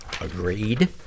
Agreed